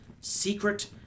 Secret